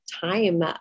time